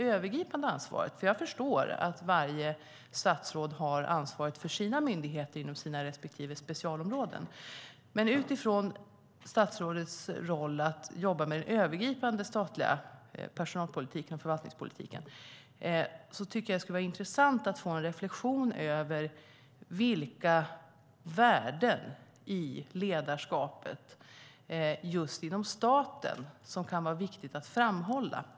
Jag förstår att varje statsråd har ansvaret för myndigheterna inom sina respektive specialområden, men utifrån Stefan Attefalls roll att jobba med den övergripande statliga personalpolitiken och förvaltningspolitiken tycker jag att det skulle vara intressant att få en reflexion över vilka värden i ledarskapet inom staten som kan vara viktiga att framhålla.